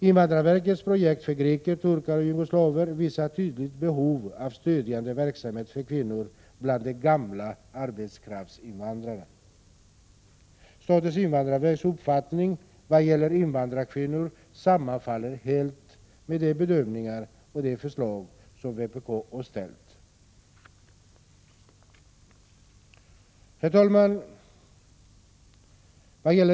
Invandrarverkets projekt för greker, turkar och jugoslaver visar tydligt behovet av stödjande verksamhet för kvinnor bland de gamla arbetskraftsinvandrarna. Statens invandrarverks uppfattning vad gäller invandrarkvinnorna sammanfaller helt med de bedömningar som vpk har gjort och de förslag som vi har framställt. Herr talman!